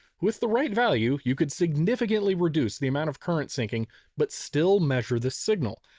with the right value you could significantly reduce the amount of current sinking but still measure the signal.